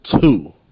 two